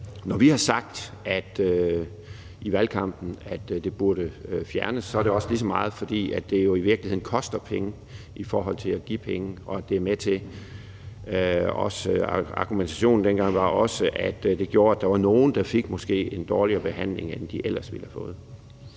Når vi har sagt i valgkampen, at det burde fjernes, er det lige så meget, fordi det jo i virkeligheden koster penge i forhold til at give penge. Argumentation dengang var også, at det gjorde, at der var nogen, der måske fik en dårligere behandling, end de ellers ville have fået.